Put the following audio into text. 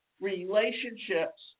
relationships